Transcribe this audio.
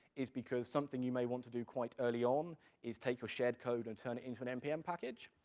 is because something you may want to do quite early on is take your shared code and turn it into an npm package,